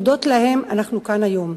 הודות להם אנחנו כאן היום.